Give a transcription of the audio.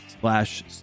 slash